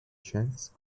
chances